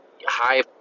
high